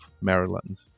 Maryland